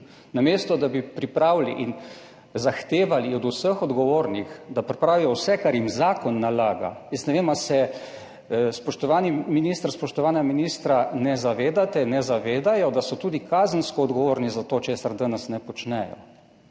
Namesto da bi pripravili in zahtevali od vseh odgovornih, da pripravijo vse, kar jim zakon nalaga. Jaz ne vem, ali se, spoštovani minister, spoštovana ministra, ne zavedate, ne zavedajo, da so tudi kazensko odgovorni za to, česar danes ne počnejo.